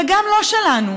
וגם לא שלנו,